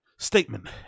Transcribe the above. Statement